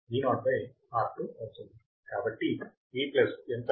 కాబట్టి V ఎంత